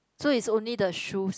so it's only the shoes